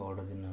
ବଡ଼ଦିନ